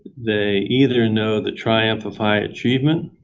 they either know the triumph of high achievement